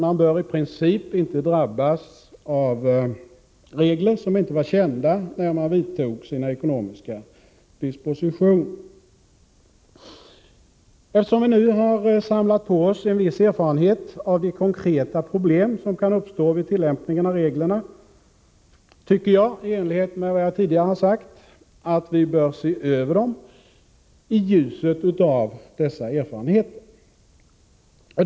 Man bör i princip inte drabbas av regler som inte var kända när man vidtog sina ekonomiska dispositioner. Eftersom vi nu har samlat på oss en viss erfarenhet av de konkreta problem som kan uppstå vid tillämpningen av reglerna, tycker jag i enlighet med vad jag tidigare sagt — att vi bör se över dem i ljuset av dessa erfarenheter.